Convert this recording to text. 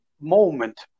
moment